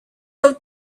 have